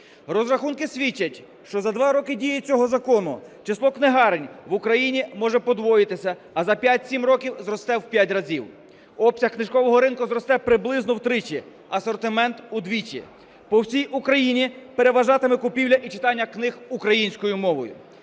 Розрахунки свідчать, що за два роки дії цього закону число книгарень в Україні може подвоїтися, а за 5-7 років зросте в п'ять разів. Обсяг книжкового ринку зросте приблизно втричі, асортимент – вдвічі. По всій Україні переважатиме купівля і читання книг українською мовою.